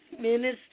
Minister